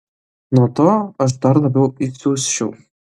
nuo to aš dar labiau įsiusčiau